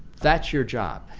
that's your job.